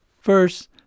First